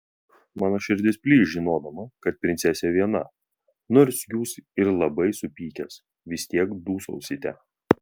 mano širdis plyš žinodama kad princesė viena nors jūs ir labai supykęs vis tiek dūsausite